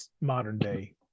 modern-day